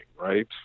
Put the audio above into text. right